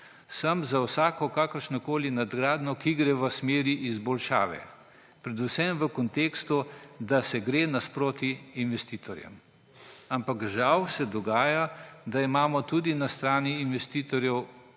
Sem za vsako kakršnokoli nadgradnjo, ki gre v smeri izboljšave, predvsem v kontekstu, da se gre nasproti investitorjem. Ampak žal se dogaja, da imamo tudi na strani investitorjev